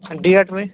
date ؤنِو